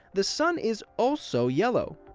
the sun is also yellow.